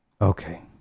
Okay